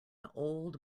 old